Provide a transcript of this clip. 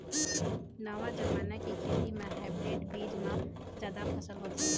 नवा जमाना के खेती म हाइब्रिड बीज म जादा फसल होथे